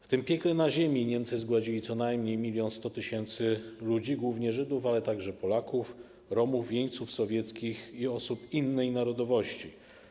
W tym piekle na ziemi Niemcy zgładzili co najmniej 1100 tys. ludzi, głównie Żydów, ale także Polaków, Romów, jeńców sowieckich i osób innej narodowości.